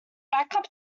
backup